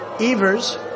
Evers